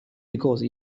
because